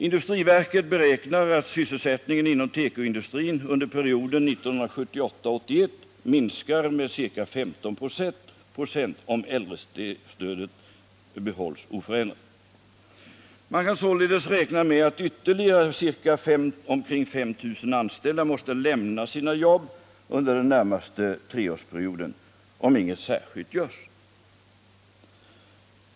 Industriverket beräknar att sysselsättningen inom tekoindustrin under perioden 1978-1981 minskar med ca 15 96, om äldrestödet behålls oförändrat. Man kan således räkna med att ytterligare omkring 5 000 anställda måste lämna sina jobb under den närmaste treårsperioden om ingenting särskilt görs.